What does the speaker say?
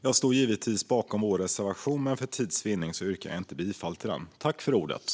Jag står givetvis bakom vår reservation, men för tids vinnande yrkar jag inte bifall till den.